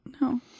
No